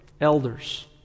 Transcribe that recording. elders